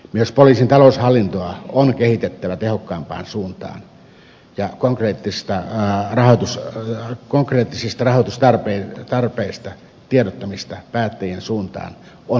myös poliisin taloushallintoa on kehitettävä tehokkaampaan suuntaan ja konkreettisista rahoitustarpeista tiedottamista päättäjien suuntaan on tehostettava